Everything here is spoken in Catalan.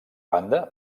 banda